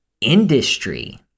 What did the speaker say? industry